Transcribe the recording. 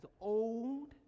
old